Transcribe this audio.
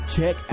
Check